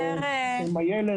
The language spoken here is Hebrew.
עם הילד,